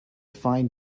find